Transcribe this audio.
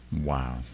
Wow